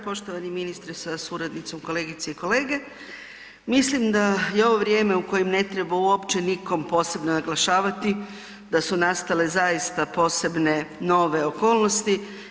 Poštovani ministre sa suradnicom, kolegice i kolege, mislim da je ovo vrijeme u kojem ne treba uopće nikom posebno naglašavati da su nastale zaista posebne nove okolnosti.